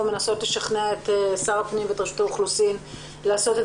מנסים לשכנע את שר הפנים ורשות האוכלוסין לעשות את